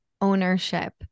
ownership